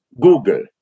Google